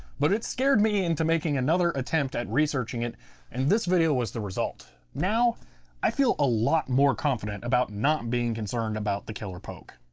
but it scared me into making another attempt at researching it and this video is the result. now i feel a lot more confident about not being concerned about the killer poke.